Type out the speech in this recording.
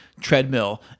treadmill